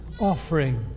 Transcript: offering